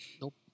Nope